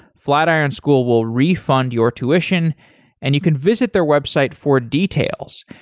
flatiron school will refund your tuition and you can visit their website for details.